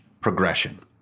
progression